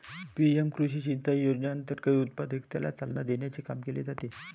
PM कृषी सिंचाई योजनेअंतर्गत उत्पादकतेला चालना देण्याचे काम केले जाते